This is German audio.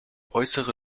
äußere